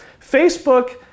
Facebook